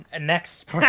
Next